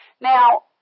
Now